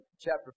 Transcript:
chapter